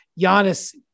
Giannis